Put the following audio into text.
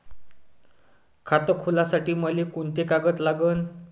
खात खोलासाठी मले कोंते कागद लागन?